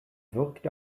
wirkte